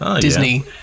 Disney